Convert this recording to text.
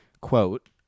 quote